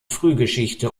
frühgeschichte